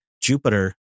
Jupiter